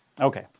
Okay